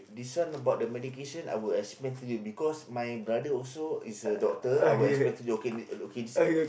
this one about the medication I will explain to you because my brother also is a doctor I will explain to you okay this okay this a